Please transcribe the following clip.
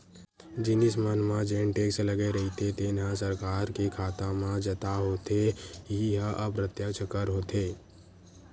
जिनिस मन म जेन टेक्स लगे रहिथे तेन ह सरकार के खाता म जता होथे इहीं ह अप्रत्यक्छ कर होथे